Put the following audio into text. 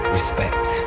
Respect